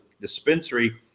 dispensary